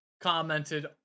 commented